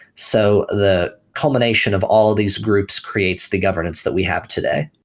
so the culmination of all of these groups creates the governance that we have today.